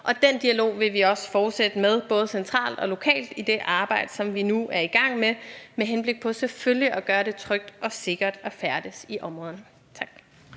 og den dialog vil vi også fortsætte med, både centralt og lokalt, i det arbejde, som vi nu er i gang med, med henblik på selvfølgelig at gøre det trygt og sikkert at færdes i områderne. Tak.